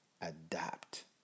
adapt